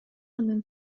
анын